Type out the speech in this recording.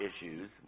issues